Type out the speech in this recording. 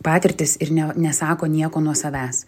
patirtis ir ne nesako nieko nuo savęs